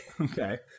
Okay